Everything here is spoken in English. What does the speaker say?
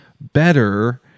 better